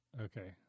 Okay